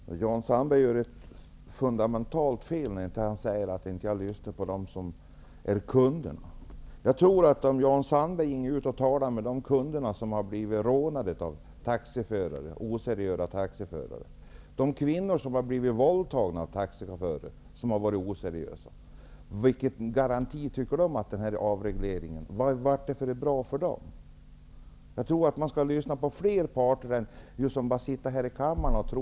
Herr talman! Jan Sandberg gör ett fundamentalt fel när han säger att jag inte lyssnar på kunderna. Jan Sandberg skall gå ut och tala med dem som har blivit rånade av oseriösa taxiförare och de kvinnor som har blivit våldtagna av oseriösa taxiförare. Vilken garanti tycker de att denna avreglering har givit dem? Man skall lyssna på flera parter i stället för att sitta här i kammaren och tro.